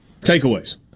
Takeaways